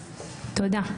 תודה.